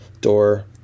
door